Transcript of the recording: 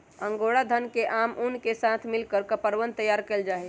angora ऊन के आम ऊन के साथ मिलकर कपड़वन तैयार कइल जाहई